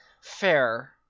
Fair